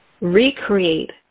recreate